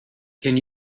can